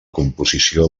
composició